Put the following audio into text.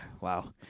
Wow